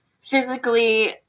physically